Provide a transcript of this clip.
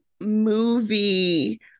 movie